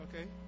okay